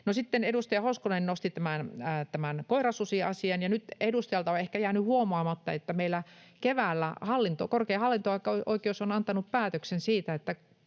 edustaja Hoskonen nosti esiin tämän koirasusiasian. Nyt edustajalta on ehkä jäänyt huomaamatta, että meillä keväällä korkein hallinto-oikeus on antanut päätöksen siitä, että